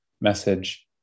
message